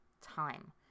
time